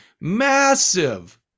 massive